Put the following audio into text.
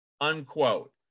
unquote